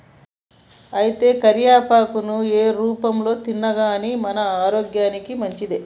అయితే కరివేపాకులను ఏ రూపంలో తిన్నాగానీ మన ఆరోగ్యానికి మంచిదే